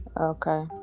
Okay